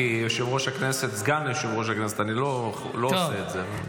כסגן יושב-ראש הכנסת אני לא עושה את זה.